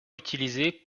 utilisé